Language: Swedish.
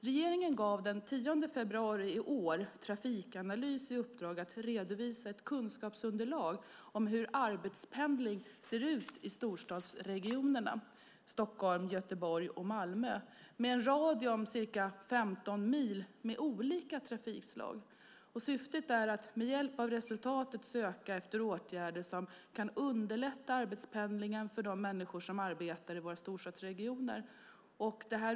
Regeringen gav den 10 februari i år Trafikanalys i uppdrag att redovisa ett kunskapsunderlag om hur arbetspendling ser ut i storstadsregionerna Stockholm, Göteborg och Malmö, med en radie om ca 15 mil med olika trafikslag. Syftet är att med hjälp av resultatet söka efter åtgärder som kan underlätta arbetspendlingen för de människor som arbetar i våra storstadsregioner.